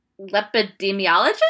lepidemiologist